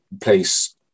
place